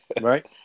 right